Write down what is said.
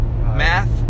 Math